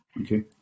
Okay